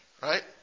Right